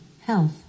health